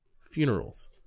funerals